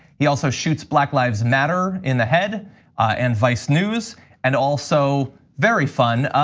he also shoots black lives matter in the head and vice news and also very fun,